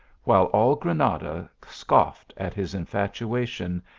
while all granada scoffed at his in fatuation,